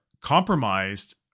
compromised